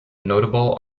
notable